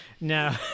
no